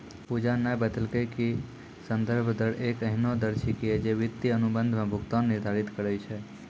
पूजा न बतेलकै कि संदर्भ दर एक एहनो दर छेकियै जे वित्तीय अनुबंध म भुगतान निर्धारित करय छै